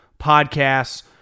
podcasts